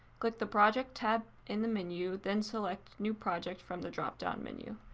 click the project tab in the menu. then select new project from the dropdown menu.